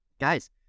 guys